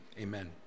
Amen